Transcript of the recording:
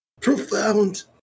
Profound